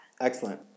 Excellent